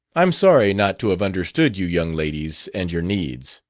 i'm sorry not to have understood you young ladies and your needs.